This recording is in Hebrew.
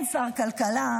אין שר כלכלה,